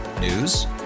News